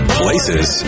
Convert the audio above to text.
places